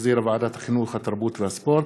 שהחזירה ועדת החינוך התרבות והספורט.